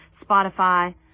Spotify